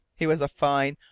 he was a fine,